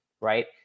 right